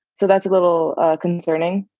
so that's a little concerning.